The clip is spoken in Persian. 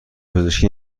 پزشکی